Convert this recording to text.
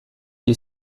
die